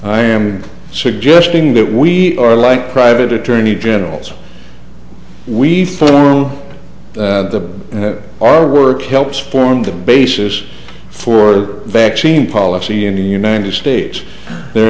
i am suggesting that we are like private attorney generals we've thorough the our work helps form the basis for vaccine policy in the united states there